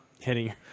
Hitting